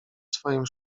swoim